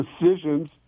decisions